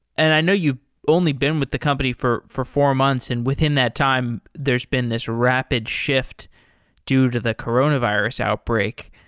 and i know you've only been with the company for for four months, and within that time, there's been this rapid shift due to the coronavirus outbreak.